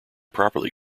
properly